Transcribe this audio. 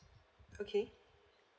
okay